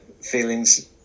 feelings